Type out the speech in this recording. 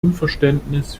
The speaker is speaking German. unverständnis